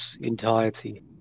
entirety